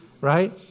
right